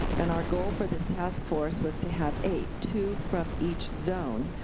and our goal for this task force was to have eight. two from each zone.